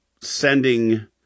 sending